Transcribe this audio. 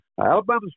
Alabama